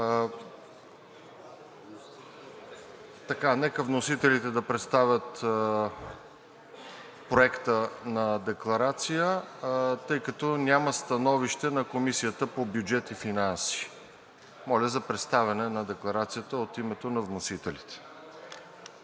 Нека вносителите да представят Проекта на декларация, тъй като няма становище на Комисията по бюджет и финанси. Моля за представяне на Декларацията от името на вносителите.